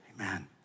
Amen